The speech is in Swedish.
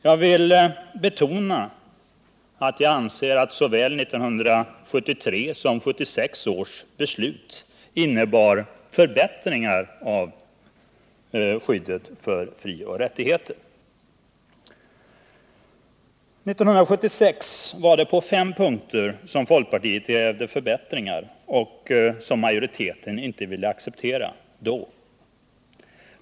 Jag vill betona att jag anser att såväl 1973 års som 1976 års beslut innebar År 1976 var det på fem punkter som folkpartiet krävde förbättringar som majoriteten inte ville acceptera.